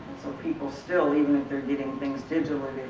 so people still, even if they're getting things digitally,